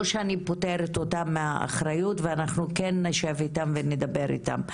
זה לא שאני פותרת אותם מהאחריות ואנחנו כן נשב איתם ונדבר איתם,